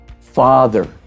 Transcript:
father